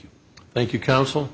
you thank you counsel